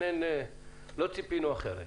לא ציפינו אחרת.